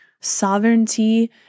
sovereignty